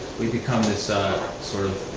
we've become this ah sort of